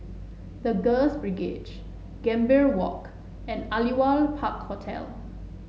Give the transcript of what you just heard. The Girls Brigade Gambir Walk and Aliwal Park Hotel